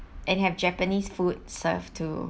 and have japanese food served too